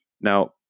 Now